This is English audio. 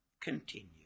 continue